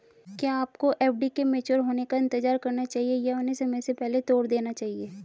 क्या आपको एफ.डी के मैच्योर होने का इंतज़ार करना चाहिए या उन्हें समय से पहले तोड़ देना चाहिए?